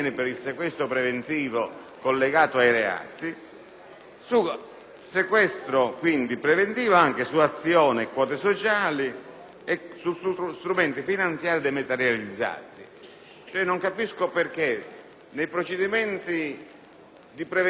deve essere il medesimo anche su azioni, quote sociali e strumenti finanziari dematerializzati. Non capisco perché nei procedimenti di prevenzione antimafia si possano sequestrare certi